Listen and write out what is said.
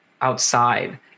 outside